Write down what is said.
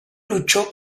luchó